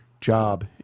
job